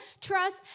trust